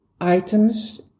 items